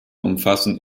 umfassen